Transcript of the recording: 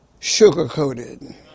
sugarcoated